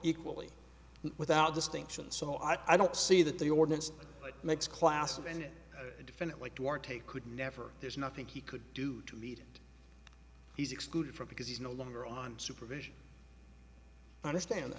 equally without distinction so i don't see that the ordinance makes class of any defendant like war take could never there's nothing he could do to meet he's excluded from because he's no longer on supervision i understand